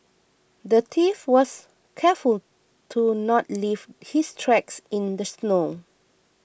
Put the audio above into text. the thief was careful to not leave his tracks in the snow